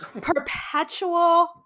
perpetual